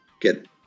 get